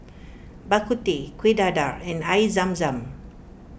Bak Kut Teh Kuih Dadar and Air Zam Zam